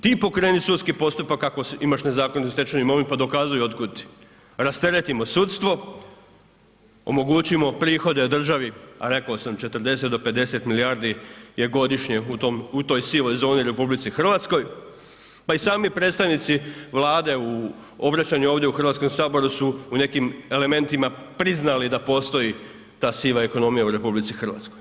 Ti pokreni sudski postupak ako imaš nezakonito stečenu imovinu pa dokazuj otkud ti, rasteretimo sudstvo, omogućimo prihode državi, rekao sam 40 do 50 milijardi je godišnje u toj sivoj zoni u RH, pa i sami predstavnici Vlade u obraćanju ovdje u Hrvatskom saboru su u nekim elementima priznali da postoji ta siva ekonomija u RH.